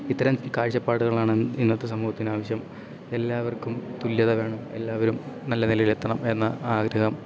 ഇത്തരം കാഴ്ചപ്പാടുകളാണ് ഇന്നത്തെ സമൂഹത്തിനാവശ്യം എല്ലാവർക്കും തുല്യത വേണം എല്ലാവരും നല്ല നിലയിലെത്തണം എന്ന ആഗ്രഹം